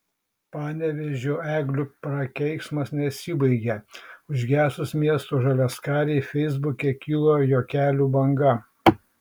panevėžio eglių prakeiksmas nesibaigia užgesus miesto žaliaskarei feisbuke kilo juokelių banga